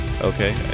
Okay